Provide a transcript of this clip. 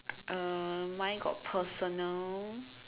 uh mine got personal